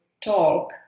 talk